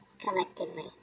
collectively